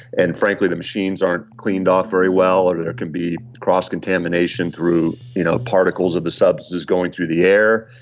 and frankly the machines aren't cleaned off very well or there can be cross-contamination through you know particles of the substances going through the air.